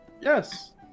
Yes